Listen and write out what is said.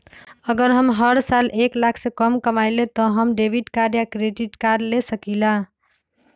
अगर हम हर साल एक लाख से कम कमावईले त का हम डेबिट कार्ड या क्रेडिट कार्ड ले सकीला?